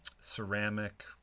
ceramic